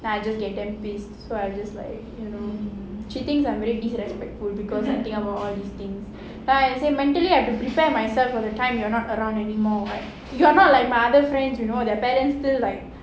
then I just get them pissed so I just like you know she thinks I'm very disrespectful because I think about all these things then I say mentally I've to prepare myself for the time you are not around anymore [what] you are not like my other friends you know their parents still like